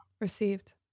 received